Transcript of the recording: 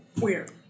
Weird